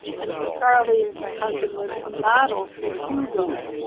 and charlie, my husband was model for hugo,